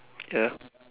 ya